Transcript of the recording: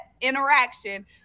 interaction